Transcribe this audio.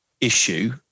issue